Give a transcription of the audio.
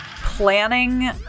planning